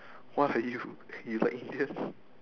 what are you you like indians